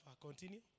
Continue